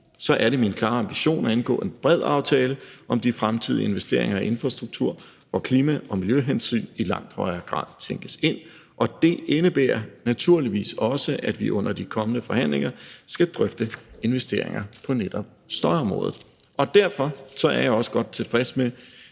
er det min klare ambition at indgå en bred aftale om de fremtidige investeringer i infrastruktur, hvor klima- og miljøhensyn i langt højere grad tænkes ind. Det indebærer naturligvis også, at vi under de kommende forhandlinger skal drøfte investeringer på netop støjområdet. Og derfor er jeg også godt tilfreds med,